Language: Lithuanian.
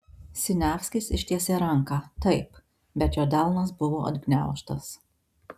siniavskis ištiesė ranką taip bet jo delnas buvo atgniaužtas